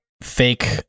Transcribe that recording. fake